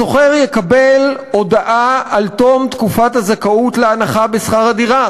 השוכר יקבל הודעה על תום תקופת הזכאות להנחה בשכר הדירה,